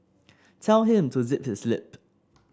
tell him to zip his lip